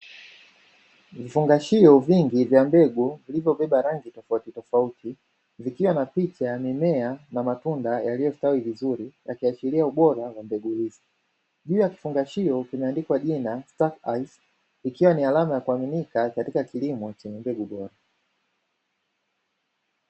Vifungashio vingi vya mbegu vilivyobeba rangi tofautitofauti, vikiwa na picha ya mimea na matunda yaliyostawi vizuri, yakiashiria ubora wa mbegu hizi. Juu ya kifungashio kumeandikwa jina "stack ice", ikiwa ni alama ya kuaminika katika kilimo chenye mbegu bora.